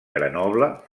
grenoble